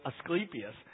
Asclepius